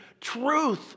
truth